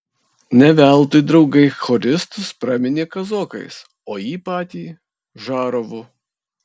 ne veltui draugai choristus praminė kazokais o jį patį žarovu